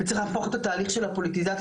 וצריך להפוך את התהליך של הפוליטיזציה